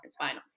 Finals